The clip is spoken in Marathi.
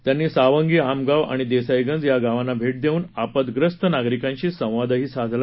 त्यांनी सावंगी आमगाव आणि दस्तिईगंज या गावांना भर्ष दस्तिन आपद्यस्त नागरिकांशी संवादही साधला